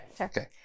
Okay